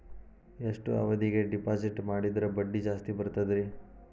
ಎಷ್ಟು ಅವಧಿಗೆ ಡಿಪಾಜಿಟ್ ಮಾಡಿದ್ರ ಬಡ್ಡಿ ಜಾಸ್ತಿ ಬರ್ತದ್ರಿ?